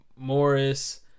Morris